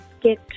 get